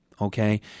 Okay